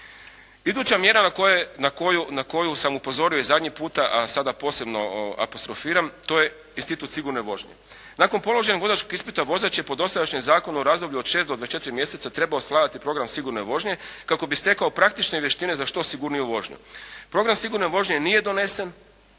Iduća mjera na koju sam upozorio i zadnji puta, a sada posebno apostrofiram, to je institut sigurne vožnje. Nakon položenog vozačkog ispita, vozač će po dosadašnjem zakonu u razdoblju do 6 do 24 mjeseca trebao svladati program sigurne vožnje kako bi stekao praktične vještine za što sigurniju vožnju. Program sigurne vožnje nije donesen